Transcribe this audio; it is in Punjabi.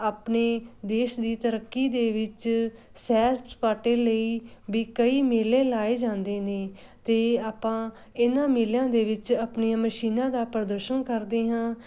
ਆਪਣੇ ਦੇਸ਼ ਦੀ ਤਰੱਕੀ ਦੇ ਵਿੱਚ ਸੈਰ ਸਪਾਟੇ ਲਈ ਵੀ ਕਈ ਮੇਲੇ ਲਾਏ ਜਾਂਦੇ ਨੇ ਅਤੇ ਆਪਾਂ ਇਹਨਾਂ ਮੇਲਿਆਂ ਦੇ ਵਿੱਚ ਆਪਣੀਆਂ ਮਸ਼ੀਨਾਂ ਦਾ ਪ੍ਰਦਰਸ਼ਨ ਕਰਦੇ ਹਾਂ